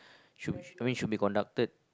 should I mean should be conducted